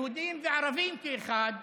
יהודים וערבים כאחד,